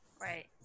Right